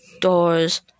doors